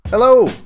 Hello